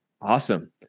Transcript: Awesome